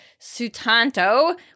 Sutanto